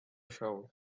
shovel